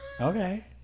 okay